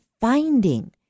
finding